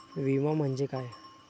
विमा म्हणजे काय?